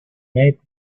made